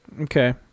Okay